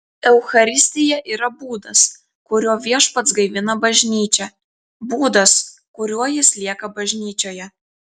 eucharistija yra būdas kuriuo viešpats gaivina bažnyčią būdas kuriuo jis lieka bažnyčioje